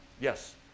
yes